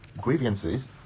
grievances